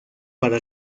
para